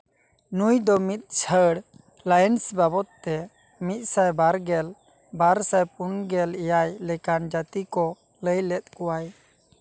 ᱱᱩᱭ ᱫᱚ ᱢᱤᱫ ᱪᱷᱟᱹᱲ ᱞᱟᱭᱤᱱᱥ ᱵᱟᱵᱚᱫ ᱛᱮ ᱢᱤᱫᱥᱟᱭ ᱵᱟᱨᱜᱮᱞ ᱵᱟᱨ ᱥᱟᱭ ᱯᱩᱱ ᱜᱮᱞ ᱮᱭᱟᱭ ᱞᱮᱠᱟᱱ ᱡᱟᱹᱛᱤ ᱠᱚ ᱞᱟᱹᱭ ᱞᱮᱫ ᱠᱚᱣᱟᱭ